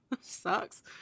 sucks